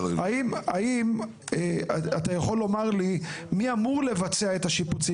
האם אתה יכול לומר לי מי אמור לבצע את השיפוצים?